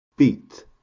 beat